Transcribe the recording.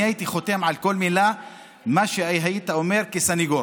אני הייתי חותם על כל מילה שהיית אומר כסנגור.